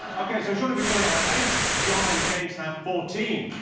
okay, so surely victoria have eight john and james have fourteen